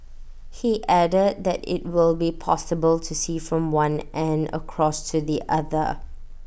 he added that IT will be possible to see from one end across to the other